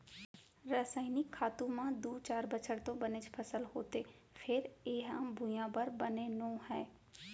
रसइनिक खातू म दू चार बछर तो बनेच फसल होथे फेर ए ह भुइयाँ बर बने नो हय